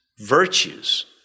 virtues